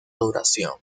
duración